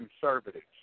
conservatives